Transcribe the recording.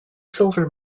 silver